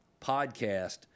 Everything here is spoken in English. Podcast